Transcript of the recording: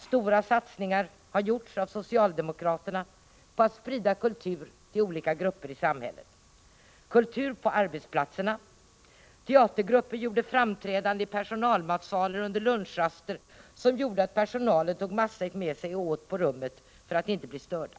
Stora satsningar har gjorts av socialdemokraterna på att sprida kultur till olika grupper i samhället. Det är kultur på arbetsplatserna: teatergrupper gjorde framträdanden i personalmatsalar under lunchraster, vilket gjorde att personalen tog med sig matsäck och åt på rummen för att inte bli störda.